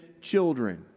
children